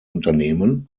unternehmen